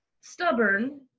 stubborn